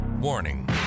Warning